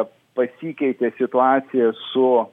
pasikeitė situacija su